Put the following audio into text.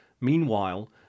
Meanwhile